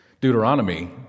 Deuteronomy